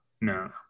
No